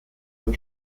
ein